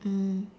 mm